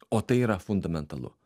o tai yra fundamentalu